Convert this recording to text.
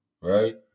Right